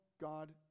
God